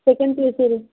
second P U C ರೀ